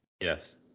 Yes